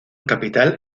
capital